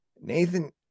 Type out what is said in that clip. Nathan